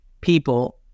people